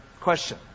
Question